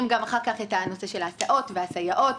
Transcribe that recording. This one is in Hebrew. אחר כך את הנושא של ההסעות והסייעות,